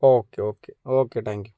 okay okay okay thank you